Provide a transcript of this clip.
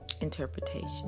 interpretation